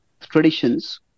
traditions